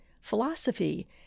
philosophy